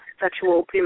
sexual